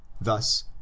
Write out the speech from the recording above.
thus